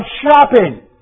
shopping